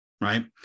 right